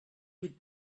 would